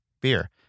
beer